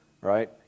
right